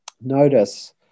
Notice